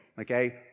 Okay